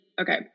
okay